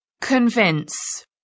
convince